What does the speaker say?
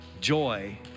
joy